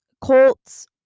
colts